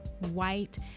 White